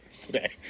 today